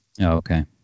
okay